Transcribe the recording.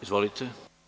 Izvolite.